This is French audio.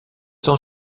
son